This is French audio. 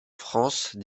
france